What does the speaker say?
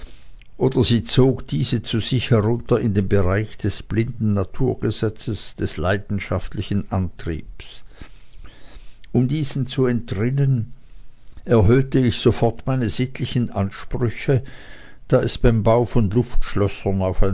oder sie zog diese zu sich herunter in den bereich des blinden naturgesetzes des leidenschaftlichen antriebes um diesem zu entrinnen erhöhte ich sofort meine sittlichen ansprüche da es beim bau von luftschlössern